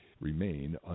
remain